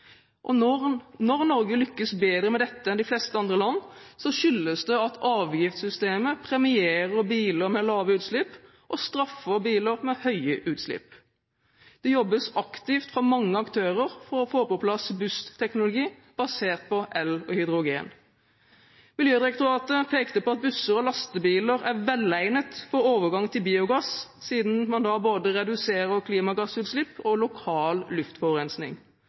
hybridbiler. Når Norge lykkes bedre med dette enn de fleste andre land, skyldes det at avgiftssystemet premierer biler med lave utslipp og straffer biler med høye utslipp. Det jobbes aktivt fra mange aktører for å få på plass bussteknologi basert på el og hydrogen. Miljødirektoratet pekte på at busser og lastebiler er velegnet for overgang til biogass, siden man da reduserer både klimagassutslipp og lokal luftforurensning.